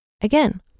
Again